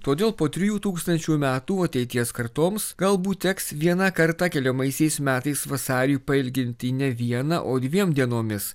todėl po trijų tūkstančių metų ateities kartoms galbūt teks vieną kartą keliamaisiais metais vasarį pailginti ne viena o dviem dienomis